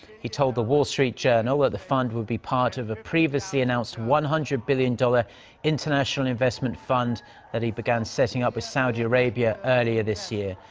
he told the wall street journal that ah the fund would be part of a previously announced one hundred billion dollar international investment fund that he began setting up with saudi arabia earlier this year.